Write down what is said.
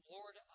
Lord